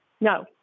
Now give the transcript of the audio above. No